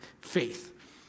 faith